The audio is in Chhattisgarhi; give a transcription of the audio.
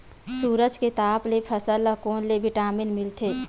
सूरज के ताप ले फसल ल कोन ले विटामिन मिल थे?